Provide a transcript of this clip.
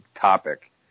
topic